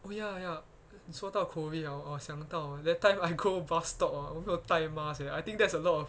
oh ya ya 说到 COVID hor 我想到 that time I go bus stop orh 我没有带 mask eh I think that's a lot of